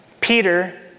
Peter